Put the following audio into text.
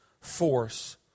force